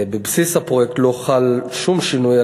בבסיס הפרויקט לא חל שום שינוי,